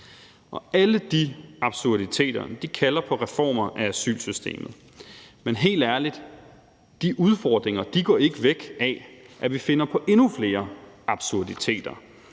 Alle de absurditeter kalder på reformer af asylsystemet, men helt ærligt, de udfordringer går ikke væk, ved at vi finder på endnu flere absurditeter.